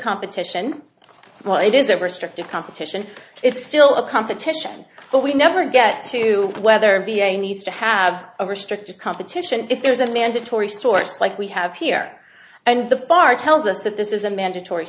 competition well it is a restrictive competition it's still a competition but we never get to whether v a needs to have a restricted competition if there is a mandatory source like we have here and the far tells us that this is a mandatory